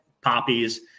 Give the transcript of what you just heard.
poppies